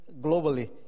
globally